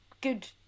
good